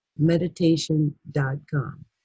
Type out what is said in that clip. meditation.com